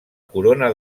corona